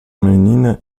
menina